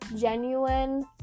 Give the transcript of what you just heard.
genuine